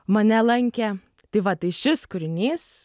mane lankė tai va tai šis kūrinys